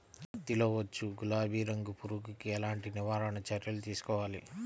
పత్తిలో వచ్చు గులాబీ రంగు పురుగుకి ఎలాంటి నివారణ చర్యలు తీసుకోవాలి?